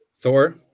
Thor